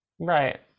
Right